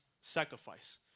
sacrifice